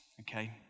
okay